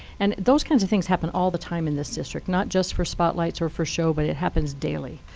and those kinds of things happen all the time in this district, not just for spotlights or for show, but it happens daily.